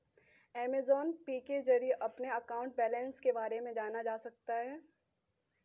Amazon pay के जरिए अपने अकाउंट बैलेंस के बारे में जाना जा सकता है